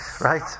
right